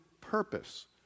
purpose